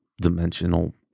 dimensional